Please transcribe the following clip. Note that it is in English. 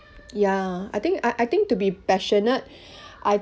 ya I think I I think to be passionate I